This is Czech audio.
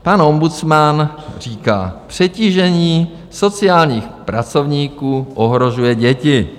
Pan ombudsman říká: přetížení sociálních pracovníků ohrožuje děti.